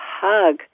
hug